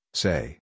say